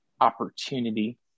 opportunity